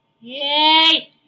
yay